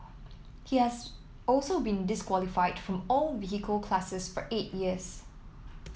he has also been disqualified from all vehicle classes for eight years